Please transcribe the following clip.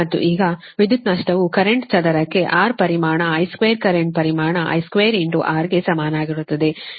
ಮತ್ತು ಈಗ ವಿದ್ಯುತ್ ನಷ್ಟವು ಕರೆಂಟ್ ಚದರಕ್ಕೆ R ಪರಿಮಾಣ I2 ಕರೆಂಟ್ ಪರಿಮಾಣ I2 R ಗೆ ಸಮನಾಗಿರುತ್ತದೆ ಇದರರ್ಥ 787